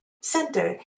Center